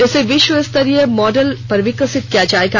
इसे विश्वस्तरीय मॉडल पर विकसित किया जाएगा